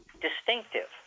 distinctive